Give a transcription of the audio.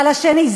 על השני,